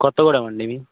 కొత్త గూడెం అండి ఇది